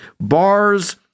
bars